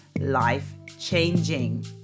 life-changing